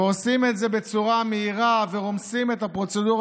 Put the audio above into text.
ועושים את זה בצורה מהירה ורומסים את הפרוצדורה